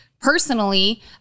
personally